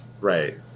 Right